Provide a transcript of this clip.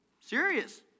Serious